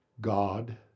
God